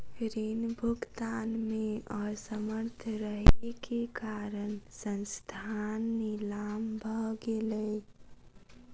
ऋण भुगतान में असमर्थ रहै के कारण संस्थान नीलाम भ गेलै